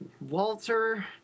Walter